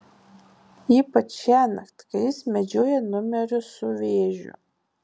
ypač šiąnakt kai jis medžioja numerius su vėžiu